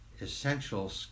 essential